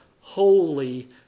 holy